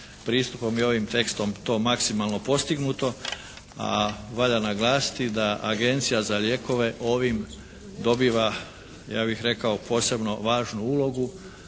pristupom i ovim tekstom to maksimalno postignuto, a valja naglasiti da Agencija za lijekove ovim dobiva ja bih rekao posebno važnu ulogu.